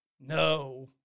No